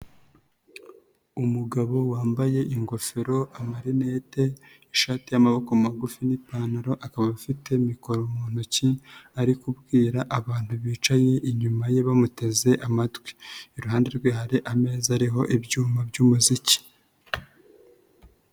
Umugabo wambaye ingofero, amarinete, ishati y'amaboko magufi n'ipantaro akaba afite mikoro mu ntoki, ari kubwira abantu bicaye inyuma ye bamuteze amatwi. Iruhande rwe hari ameza ariho ibyuma by'umuziki.